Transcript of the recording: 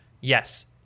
yes